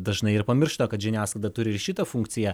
dažnai ir pamiršta kad žiniasklaida turi ir šitą funkciją